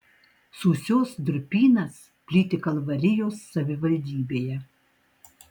sūsios durpynas plyti kalvarijos savivaldybėje